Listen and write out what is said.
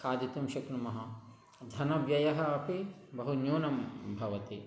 खादितुं शक्नुमः धनव्ययः अपि बहु न्यूनः भवति